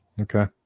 okay